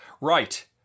Right